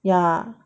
yeah